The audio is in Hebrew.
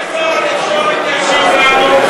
אולי שר התקשורת ישיב לנו?